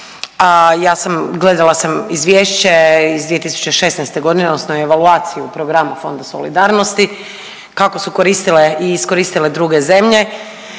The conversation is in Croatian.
sam, gledala sam izvješće iz 2016. g. odnosno evaluaciju, program Fonda solidarnosti kako su koristile i iskoristile druge zemlje,